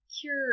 cure